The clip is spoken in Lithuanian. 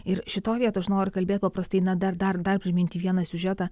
ir šitoj vietoj aš nori kalbėti paprastai na dar dar dar priminti vieną siužetą